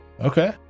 Okay